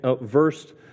verse